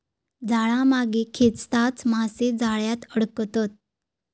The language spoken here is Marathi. जाळा मागे खेचताच मासे जाळ्यात अडकतत